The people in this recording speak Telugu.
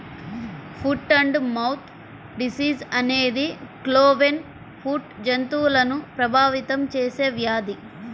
ఫుట్ అండ్ మౌత్ డిసీజ్ అనేది క్లోవెన్ ఫుట్ జంతువులను ప్రభావితం చేసే వ్యాధి